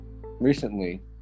Recently